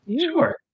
Sure